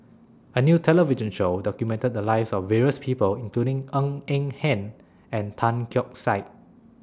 A New television Show documented The Lives of various People including Ng Eng Hen and Tan Keong Saik